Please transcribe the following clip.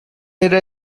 pere